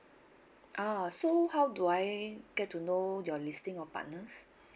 ah so how do I get to know your listing of partners